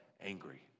angry